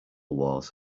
wars